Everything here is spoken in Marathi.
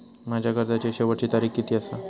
माझ्या कर्जाची शेवटची तारीख किती आसा?